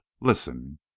listen